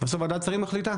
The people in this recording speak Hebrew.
בסוף ועדת שרים מחליטה?